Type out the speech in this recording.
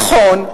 נכון.